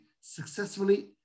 successfully